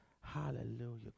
hallelujah